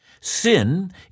Sin